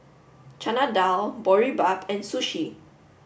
Chana Dal Boribap and Sushi